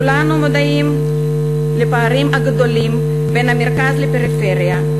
כולנו מודעים לפערים הגדולים בין המרכז לפריפריה,